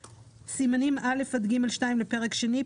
סימנים א' עד ג'2 לפרק שני,